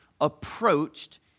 approached